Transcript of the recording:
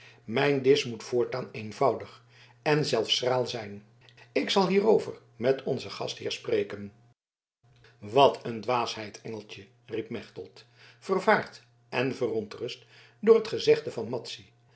mijn disch moet voortaan eenvoudig en zelfs schraal zijn ik zal hierover met onzen gastheer spreken wat een dwaasheid engeltje riep mechtelt vervaard en verontrust door het gezegde van